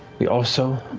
we also,